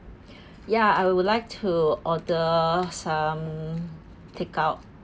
ya I would like to order some take out